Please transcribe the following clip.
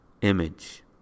image